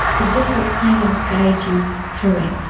the book will kind of guide you through it.